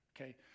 Okay